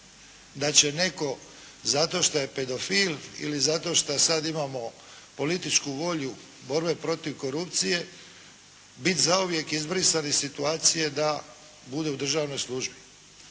da će neko zato što je pedofil ili zato šta sada imamo političku volju borbe protiv korupcije biti zauvijek izbrisan iz situacije da bude u državnoj službi.